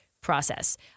process